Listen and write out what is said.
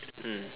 mm